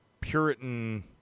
Puritan